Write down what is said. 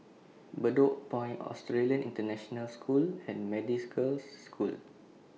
Bedok Point Australian International School and Methodist Girls' School